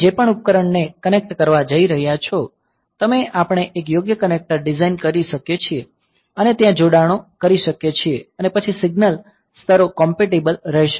તમે જે પણ ઉપકરણને કનેક્ટ કરવા જઈ રહ્યા છો તમે આપણે એક યોગ્ય કનેક્ટર ડિઝાઇન કરી શકીએ છીએ અને ત્યાં જોડાણો કરી શકીએ છીએ અને પછી સિગ્નલ સ્તરો કોમ્પિટિબલ રહેશે